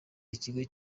ikigo